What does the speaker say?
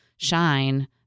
shine